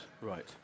Right